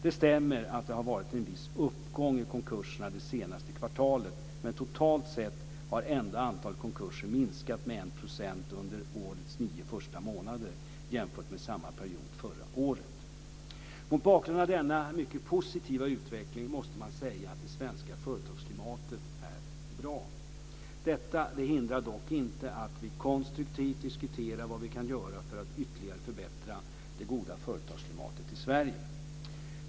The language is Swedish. Det stämmer att det har varit en viss uppgång i konkurserna det senaste kvartalet, men totalt sett har ändå antalet konkurser minskat med Mot bakgrund av denna mycket positiva utveckling måste man säga att det svenska företagsklimatet är bra. Detta hindrar dock inte att vi konstruktivt diskuterar vad vi kan göra för att ytterligare förbättra det goda företagsklimatet i Sverige.